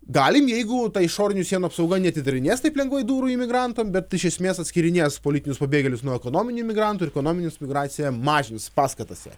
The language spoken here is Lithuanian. galim jeigu ta išorinių sienų apsauga neatidarinės taip lengvai durų imigrantam bet iš esmės atskyrinės politinius pabėgėlius nuo ekonominių imigrantų ir ekonominis migracija mažins paskatas jai